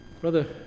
Brother